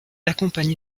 accompagnée